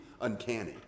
uncanny